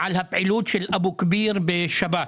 על הפעילות של אבו כביר בשבת.